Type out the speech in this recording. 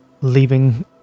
leaving